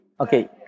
Okay